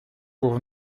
pour